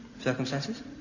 Circumstances